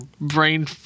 brain